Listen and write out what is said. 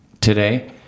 today